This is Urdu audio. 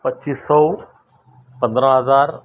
پچیس سو پندرہ ہزار